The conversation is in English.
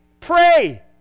Pray